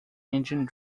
engine